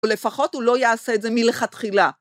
לפחות הוא לא יעשה את זה מלכתחילה.